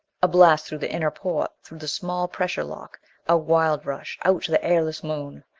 a blast through the inner port through the small pressure lock a wild rush, out to the airless moon.